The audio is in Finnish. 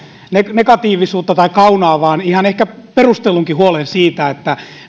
negatiivisuutta tai kaunaa vaan ihan ehkä perustellunkin huolen siitä